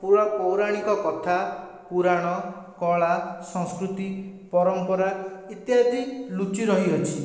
କୂଳ ପୌରାଣିକ କଥା ପୁରାଣ କଳା ସଂସ୍କୃତି ପରମ୍ପରା ଇତ୍ୟାଦି ଲୁଚି ରହିଅଛି